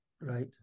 right